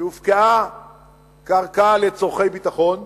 שהופקעה קרקע לצורכי ביטחון,